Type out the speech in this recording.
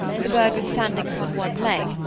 the bird was standing upon one leg,